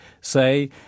say